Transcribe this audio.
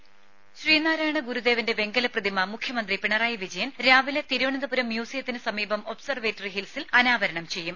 voice രെ ശ്രീനാരായണ ഗുരുദേവന്റെ വെങ്കല പ്രതിമ മുഖ്യമന്ത്രി പിണറായി വിജയൻ രാവിലെ തിരുവനന്തപുരം മ്യൂസിയത്തിന് സമീപം ഒബ്സർവേറ്ററി ഹിൽസിൽ അനാവരണം ചെയ്യും